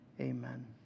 Amen